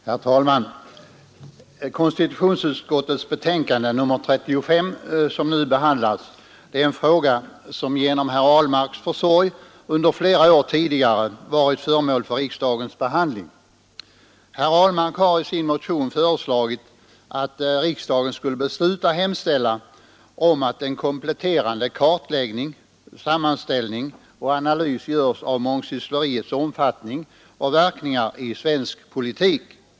Herr talman! Konstitutionsutskottets betänkande nr 35, som nu behandlas, avser en fråga som genom herr Ahlmarks försorg under flera tidigare år varit föremål för riksdagens behandling. Herr Ahlmark har i sin motion föreslagit att riksdagen skulle besluta hemställa om att en kompletterande kartläggning, sammanställning och analys görs av mångsyssleriets omfattning och verkningar i svensk politik.